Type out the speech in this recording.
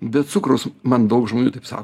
be cukraus man daug žmonių taip sako